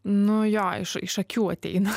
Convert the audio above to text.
nuo jo iš iš akių ateina